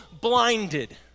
blinded